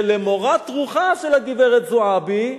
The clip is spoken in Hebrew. זה למורת רוחה של הגברת זועבי.